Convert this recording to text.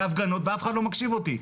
בהפגנות ואף אחד לא מקשיב לי.